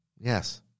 Yes